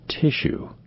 tissue